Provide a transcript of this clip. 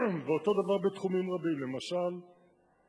ואותו דבר בתחומים רבים, למשל,